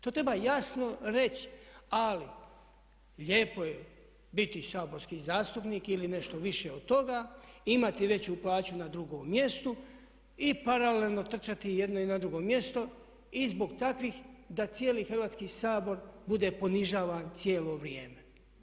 To treba jasno reći, ali lijepo je biti saborski zastupnik ili nešto više od toga, imati veću plaću na drugom mjestu i paralelno trčati i na jedno i na drugo mjesto i zbog takvih da cijeli Hrvatski sabor bude ponižavan cijelo vrijeme.